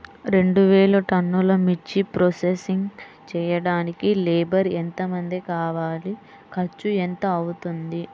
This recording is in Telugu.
రెండు వేలు టన్నుల మిర్చి ప్రోసెసింగ్ చేయడానికి లేబర్ ఎంతమంది కావాలి, ఖర్చు ఎంత అవుతుంది?